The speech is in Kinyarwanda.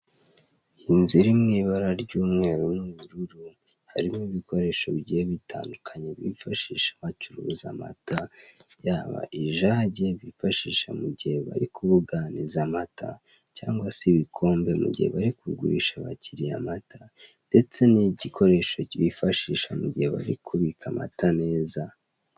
Inzu iri mu ibara ry'umweru n'ubururu, hari n'ibikoresho bigiye bitandukanye, bifashisha bacuruza amata, yaba ijage bifashisha mu gihe bari kubuganiza amata, cyangwa se ibikombe mu gihe bari kugurisha abakiliya amata, ndetse n'igikoresho bifashisha mu gihe bari kubika amata neza.